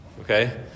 Okay